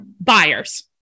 buyers